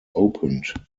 opened